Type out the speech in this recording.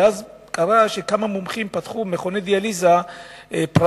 ואז קרה שכמה מומחים פתחו מכוני דיאליזה פרטיים,